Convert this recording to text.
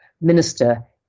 minister